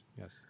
Yes